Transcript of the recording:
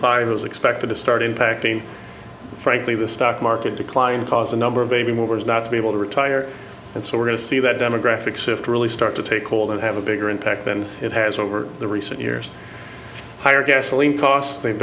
five is expected to start impacting frankly the stock market declines cause a number of baby movers not to be able to retire and so we're going to see that demographic shift really start to take hold and have a bigger impact than it has over the recent years higher gasoline costs they've